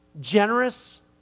generous